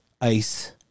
Ice